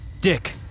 Dick